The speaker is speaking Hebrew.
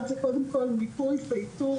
אני חושבת שחברה שמורכבת מכל כך הרבה מיעוטים ומרובת